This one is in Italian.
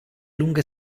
lunga